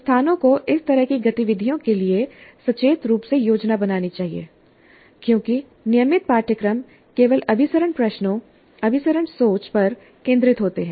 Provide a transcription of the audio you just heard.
संस्थानों को इस तरह की गतिविधियों के लिए सचेत रूप से योजना बनानी चाहिए क्योंकि नियमित पाठ्यक्रम केवल अभिसरण प्रश्नों अभिसरण सोच पर केंद्रित होते हैं